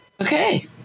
okay